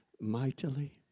mightily